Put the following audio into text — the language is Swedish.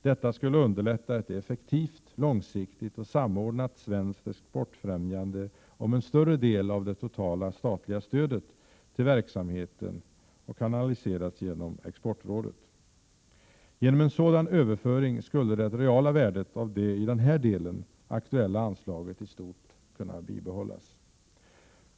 Det skulle underlätta ett effektivt, långsiktigt och samordnat svenskt exportfrämjande om en större del av det totala statliga stödet till verksamheten kanaliserades genom Exportrådet. Genom en sådan överföring skulle det reala värdet av det i den här delen aktuella anslaget i stort kunna bibehållas.